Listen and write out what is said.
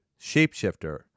shapeshifter